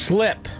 Slip